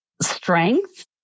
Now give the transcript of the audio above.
strength